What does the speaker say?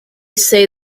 say